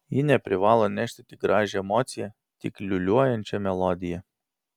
ji neprivalo nešti tik gražią emociją tik liūliuojančią melodiją